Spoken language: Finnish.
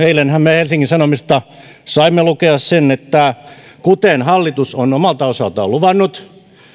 eilenhän me helsingin sanomista saimme lukea sen että kuten hallitus on omalta osaltaan luvannut